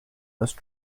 must